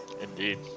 Indeed